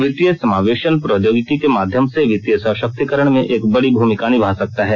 वित्तीय समावेशन प्रौद्योगिकी के माध्यम से वित्तीय सशक्तिकरण में एक बड़ी भूमिका निभा सकता है